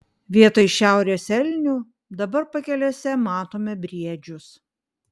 vietoj šiaurės elnių dabar pakelėse matome briedžius